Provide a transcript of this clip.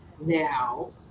now